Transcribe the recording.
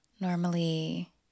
Normally